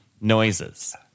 noises